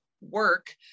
work